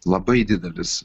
labai didelis